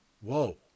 Whoa